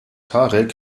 tarek